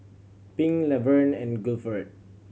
Pink Laverne and Guilford